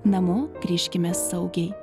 namo grįžkime saugiai